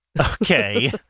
Okay